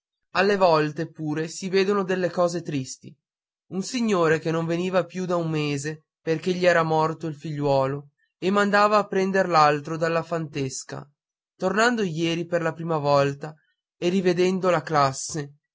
alle volte pure si vedono delle cose tristi un signore che non veniva più da un mese perché gli era morto un figliuolo e mandava a prender l'altro dalla fantesca tornando ieri per la prima volta e rivedendo la classe